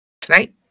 Tonight